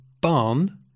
barn